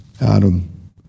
Adam